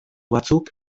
batzuk